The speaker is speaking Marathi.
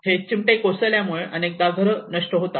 हे चिमटे कोसळल्यामुळे अनेकदा घरे नष्ट होतात